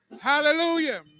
Hallelujah